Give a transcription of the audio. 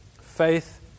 Faith